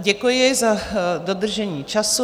Děkuji za dodržení času.